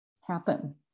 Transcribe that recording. happen